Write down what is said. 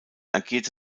agierte